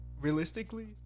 realistically